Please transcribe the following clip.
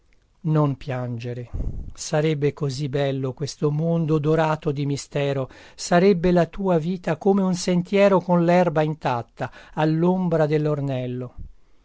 non piangere sarebbe così bello questo mondo odorato di mistero sarebbe la tua via come un sentiero con lerba intatta allombra